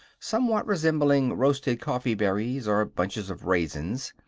somewhat resembling roasted coffee-berries or bunches of raisins,